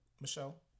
Michelle